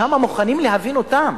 שם מוכנים להבין אותם